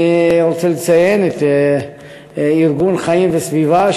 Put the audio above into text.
אני רוצה לציין את ארגון "חיים וסביבה",